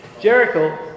Jericho